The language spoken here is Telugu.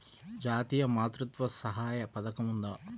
జాతీయ మాతృత్వ సహాయ పథకం ఉందా?